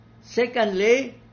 Secondly